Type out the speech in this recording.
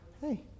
hey